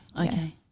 okay